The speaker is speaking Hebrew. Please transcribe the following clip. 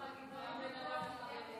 צריך להוסיף לו שלוש דקות רק להעלות את הסטנד.